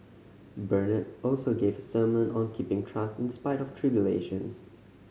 Bernard also gave a sermon on keeping trust in spite of tribulations